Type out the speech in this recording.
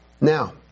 Now